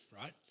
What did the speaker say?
right